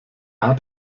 hat